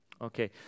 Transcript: Okay